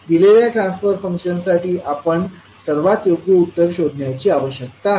दिलेल्या ट्रान्सफर फंक्शनसाठी आपण सर्वात योग्य उत्तर शोधण्याची आवश्यकता आहे